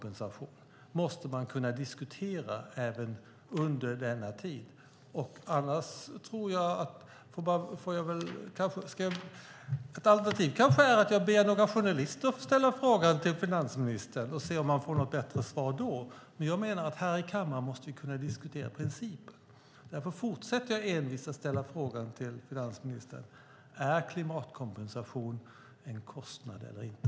Ett alternativ kanske är att jag ber några journalister att ställa frågan till finansministern och se om man får något bättre svar då. Jag menar att här i kammaren måste vi kunna diskutera principer. Därför fortsätter jag envist att ställa frågan till finansministern: Är klimatkompensation en kostnad eller inte?